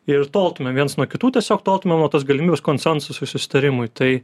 ir toltumėm viens nuo kitų tiesiog toltumėm nuo tos galimybės konsensusui susitarimui tai